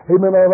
Amen